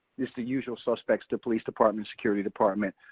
just the usual suspects, the police department, security department,